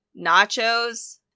nachos